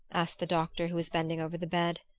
asked the doctor who was bending over the bed.